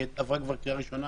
היא עברה כבר קריאה ראשונה